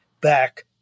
back